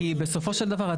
כי בסופו של דבר,